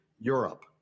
Europe